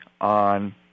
on